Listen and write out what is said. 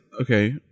okay